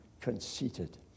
conceited